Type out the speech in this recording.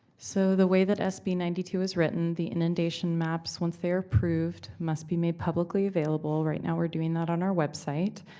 so the way that sb ninety two is written, the inundation maps, once they are approved, must be made publicly available. right now, we're doing that on our website.